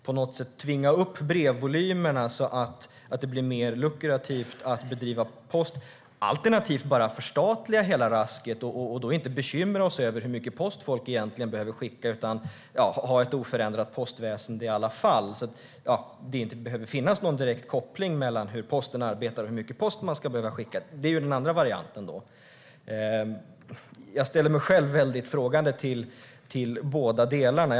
På något sätt ska vi tvinga upp brevvolymerna så att det blir mer lukrativt att bedriva postverksamhet, alternativt bara förstatliga hela rasket och då inte bekymra oss över hur mycket post folk egentligen behöver skicka utan ha ett oförändrat postväsen i alla fall. Att det inte behöver finnas någon direkt koppling mellan hur posten arbetar och hur mycket post man ska behöva skicka är då den andra varianten. Jag ställer mig själv väldigt frågande till båda delarna.